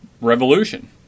revolution